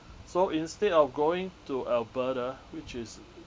so instead of going to alberta which is